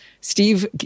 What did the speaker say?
steve